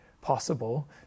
possible